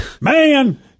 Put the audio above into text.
Man